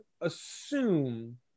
assume